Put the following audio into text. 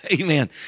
Amen